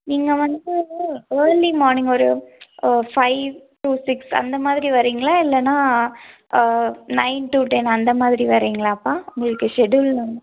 நீங்கள் வந்து early morning ஒரு ஃபைவ் டு சிக்ஸ் அந்த மாதிரி வரிங்களா இல்லைனா நைன் டு டென் அந்த மாதிரி வரிங்களாப்பா உங்களுக்கு ஷெடியூல் நாங்